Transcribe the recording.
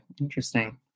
interesting